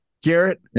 Garrett